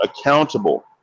accountable